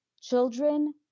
children